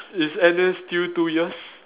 is Annie still two years